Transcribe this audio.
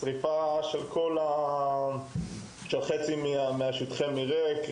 שריפה של חצי משטחי המרעה כמספר שבועות לאחר מכן,